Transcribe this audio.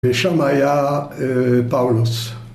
ושם היה פאולוס.